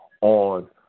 on